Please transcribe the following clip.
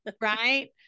Right